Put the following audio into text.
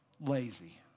lazy